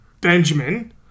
Benjamin